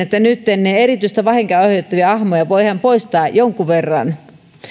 että nytten erityistä vahinkoa aiheuttavia ahmoja voidaan poistaa jonkun verran